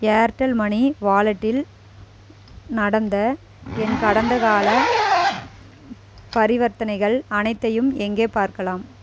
Airtel money வாலெட்டில் நடந்த என் கடந்தகால பரிவர்த்தனைகள் அனைத்தையும் எங்கே பார்க்கலாம்